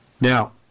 Now